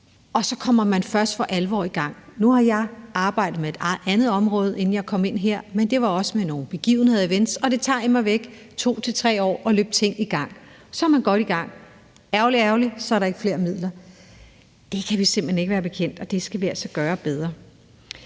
og så kommer man først for alvor i gang dér. Nu har jeg arbejdet med et andet område, inden jeg kom herind, men det var også med nogle begivenheder og events, og det tager immer væk 2-3 år at løbe ting i gang. Så er man godt i gang, og så er det virkelig ærgerligt, for så er der ikke flere midler. Det kan vi simpelt hen ikke være bekendt, og det skal vi altså gøre bedre.